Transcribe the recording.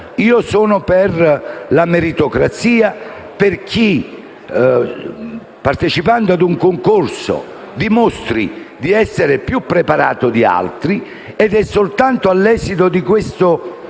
Io sono per la meritocrazia e per chi, partecipando a un concorso, dimostri di essere più preparato di altri ed è soltanto all'esito della prova